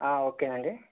ఓకేనండి